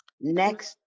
Next